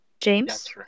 James